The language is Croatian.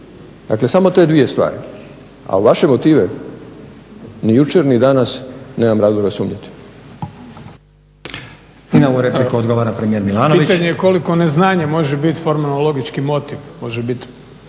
Dakle, sam ote dvije stvari. A u vaše motive ni jučer ni danas nemam razloga sumnjati.